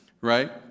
right